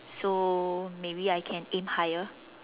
so maybe I can aim higher